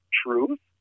truth